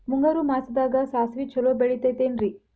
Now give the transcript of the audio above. ಮುಂಗಾರು ಮಾಸದಾಗ ಸಾಸ್ವಿ ಛಲೋ ಬೆಳಿತೈತೇನ್ರಿ?